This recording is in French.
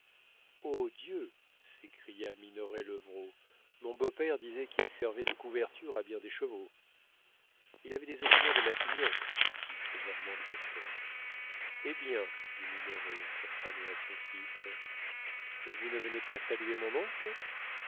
dieu s'écria minoret levrault mon beau-père disait qu'il servait de couverture à bien des chevaux il avait des opinions de maquignon dit sévèrement le docteur eh bien dit minoret à sa femme et à son fils vous ne venez pas saluer mon oncle